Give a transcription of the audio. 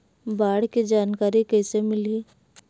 बाढ़ के जानकारी कइसे मिलही?